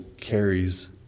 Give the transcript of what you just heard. carries